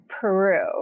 Peru